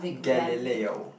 Galileo